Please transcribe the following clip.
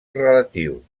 relatiu